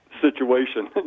situation